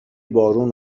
بارون